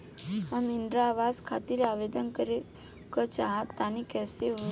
हम इंद्रा आवास खातिर आवेदन करे क चाहऽ तनि कइसे होई?